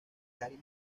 gary